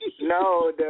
No